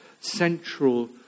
central